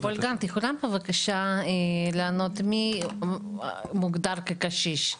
אולגה, את יכולה בבקשה לענות, מי מוגדר כקשיש?